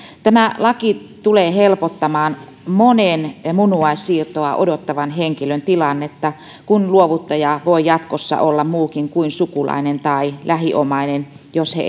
tämä laki tulee helpottamaan monen munuaissiirtoa odottavan henkilön tilannetta kun luovuttaja voi jatkossa olla muukin kuin sukulainen tai lähiomainen jos he